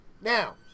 Now